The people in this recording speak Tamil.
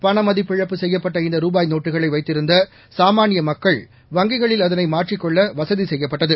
பண மதிப்பிழப்பு செய்யப்பட்ட இந்த ரூபாய் நோட்டுகளை வைத்திருந்த சாமான்ய மக்கள் வங்கிகளில் அதனை மாற்றிக்கொள்ள வசதி செய்யப்பட்டது